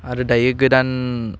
आरो दायो गोदान